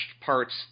parts